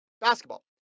Basketball